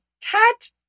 Cat